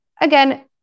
again